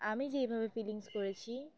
আমি যেভাবে ফিলিংস করেছি